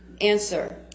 answer